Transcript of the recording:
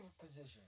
position